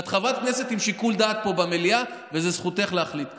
את חברת כנסת עם שיקול דעת פה במליאה וזו זכותך להחליט כך.